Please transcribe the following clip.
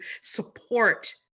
support